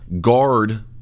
guard